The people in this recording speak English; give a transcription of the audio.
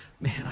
man